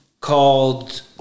called